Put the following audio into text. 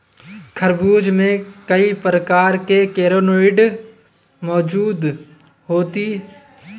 खरबूज में कई प्रकार के कैरोटीनॉयड मौजूद होते और एंटीऑक्सिडेंट का काम करते हैं